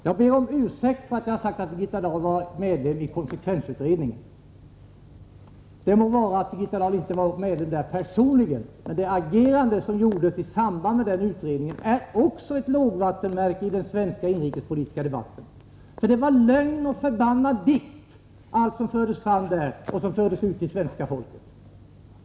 Jag ber om ursäkt för att jag har sagt att Birgitta Dahl var ledamot av konsekvensutredningen. Det må vara att Birgitta Dahl inte personligen var med i den, men också det agerande som förekom i samband med den utredningen var ett lågvattenmärke för dén svenska inrikespolitiska debatten. För allt som där fördes fram till svenska folket var lögn och förbannad dikt.